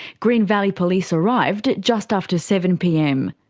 green valley police arrived just after seven pm.